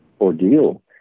ordeal